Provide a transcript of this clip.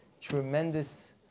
tremendous